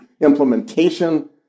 implementation